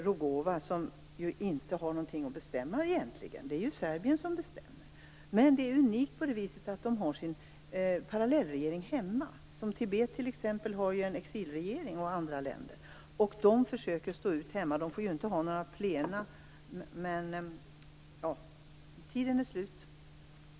Rugova har egentligen ingenting att bestämma om. Det är Serbien som bestämmer. Men det är unikt på så sätt att man har sin parallellregering hemma, medan t.ex. Tibet, liksom andra länder, ju har en exilregering. Man försöker stå ut hemma. Man får ju inte ha några plenum. Taletiden är slut.